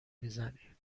میزنی